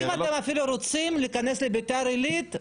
זאת אומרת אם אתם רוצים להיכנס לביתר עילית,